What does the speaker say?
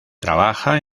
trabaja